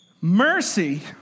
Mercy